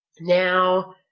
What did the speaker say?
Now